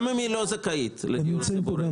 גם אם היא לא זכאית לדיור ציבורי,